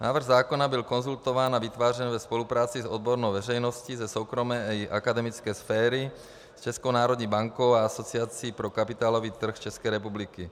Návrh zákona byl konzultován a vytvářen ve spolupráci s odbornou veřejností ze soukromé i akademické sféry, s Českou národní bankou a Asociací pro kapitálový trh České republiky.